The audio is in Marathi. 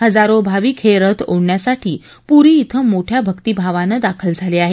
हजारो भाविक हे रथ ओढण्यासाठी पुरी क्षे मोठया भक्ती भावानं दाखल झाले आहेत